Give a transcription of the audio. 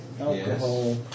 alcohol